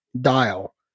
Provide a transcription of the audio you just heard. dial